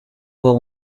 voir